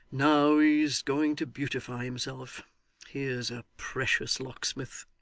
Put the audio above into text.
now he's going to beautify himself here's a precious locksmith